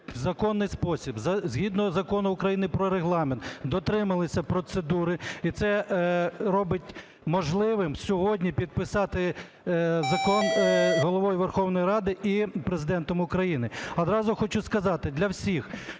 згідно Закону України про Регламент, дотрималися процедури. І це робить можливим сьогодні підписати закон Головою Верховної Ради і Президентом України. Одразу хочу сказати для всіх,